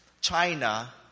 China